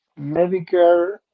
Medicare